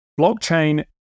blockchain